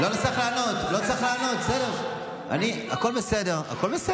לא צריך לענות, לא צריך לענות.